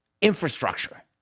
infrastructure